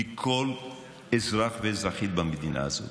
מכל אזרח ואזרחית במדינה הזאת,